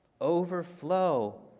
overflow